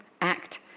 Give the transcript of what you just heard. act